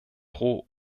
pro